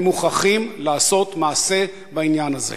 ומוכרחים לעשות מעשה בעניין הזה.